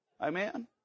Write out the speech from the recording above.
Amen